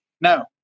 No